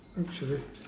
actually